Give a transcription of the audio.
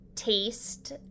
Taste